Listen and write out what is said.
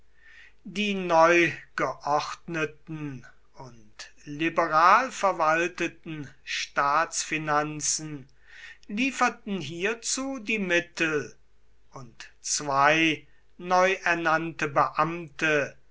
die neu geordneten und liberal verwalteten staatsfinanzen lieferten hierzu die mittel und zwei neu ernannte beamte